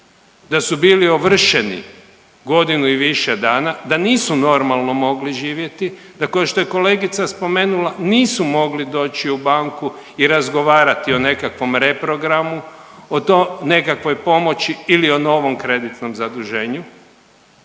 da su bili ovršeni godinu i više dana, da nisu normalno mogli živjeti. Da kao što je kolegica spomenula nisu mogli doći u banku i razgovarati o nekakvom reprogramu, o nekakvoj pomoći ili o novom kreditnom zaduženju.